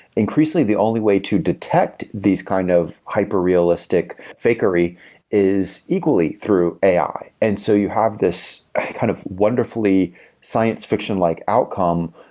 increasingly the only way to detect these kind of hyper-realistic fakery is equally through ai. and so you have this kind of wonderfully science fiction-like outcome,